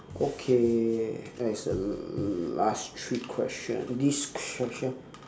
okay that is the last three question this question